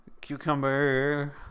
Cucumber